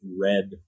red